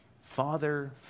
Father